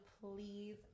please